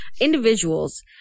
Individuals